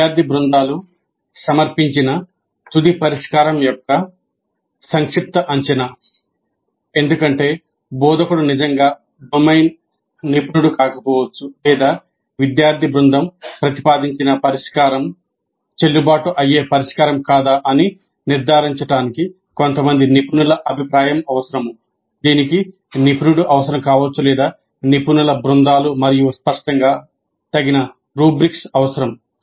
విద్యార్థి బృందాలు సమర్పించిన తుది పరిష్కారం యొక్క సంక్షిప్త అంచనా ఎందుకంటే బోధకుడు నిజంగా డొమైన్ నిపుణుడు కాకపోవచ్చు లేదా విద్యార్థి బృందం ప్రతిపాదించిన పరిష్కారం చెల్లుబాటు అయ్యే పరిష్కారం కాదా అని నిర్ధారించడానికి కొంతమంది నిపుణుల అభిప్రాయం అవసరం దీనికి నిపుణుడు అవసరం కావచ్చు లేదా నిపుణుల బృందాలు మరియు స్పష్టంగా తగిన రుబ్రిక్స్ అవసరం